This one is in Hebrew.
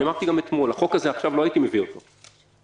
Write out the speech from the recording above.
אמרתי גם אתמול שלא הייתי מביא את החוק הזה עכשיו,